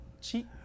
Cheap